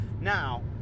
Now